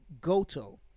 Goto